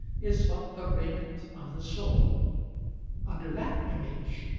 is but the raiment of the soul under that image,